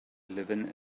living